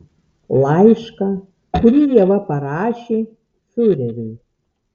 laišką kurį ieva parašė fiureriui